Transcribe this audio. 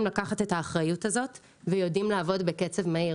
לקחת את האחריות הזאת ויודעים לעבוד בקצב מהיר.